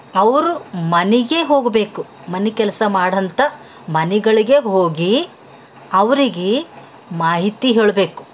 ಅವರು ಮನೆಗೇ ಹೋಗಬೇಕು ಮನೆ ಕೆಲಸ ಮಾಡ್ಹಂಥ ಮನೆಗಳಿಗೆ ಹೋಗಿ ಅವ್ರಿಗೆ ಮಾಹಿತಿ ಹೇಳಬೇಕು